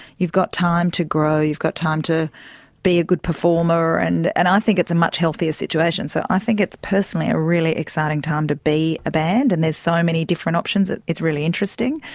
you've got time to grow, you've got time to be a good performer and and i think it's a much healthier situation. so i think it's personally a really exciting time to be a band, and there's so many different options, it's really interesting.